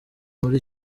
muri